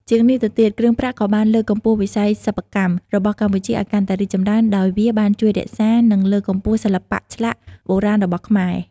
ជាងនេះទៅទៀត គ្រឿងប្រាក់ក៏បាន លើកកម្ពស់វិស័យសិប្បកម្ម របស់កម្ពុជាឲ្យកាន់តែរីកចម្រើន ដោយវាបានជួយរក្សា និងលើកកម្ពស់សិល្បៈឆ្លាក់បុរាណរបស់ខ្មែរ